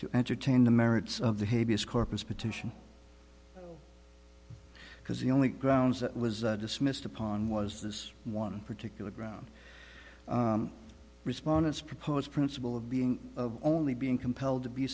to entertain the merits of the hay vs corpus petition because the only grounds that was dismissed upon was this one particular brown respondents proposed principle of being of only being compelled to be